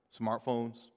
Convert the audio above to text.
Smartphones